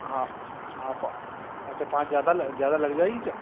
हाँ हाँ पाँ अच्छा पाँच ज़्यादा ज़्यादा लग जाएगी क्या